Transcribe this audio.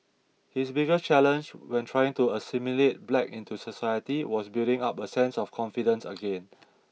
his biggest challenge when trying to assimilate black into society was building up a sense of confidence again